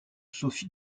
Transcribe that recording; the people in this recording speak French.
sophie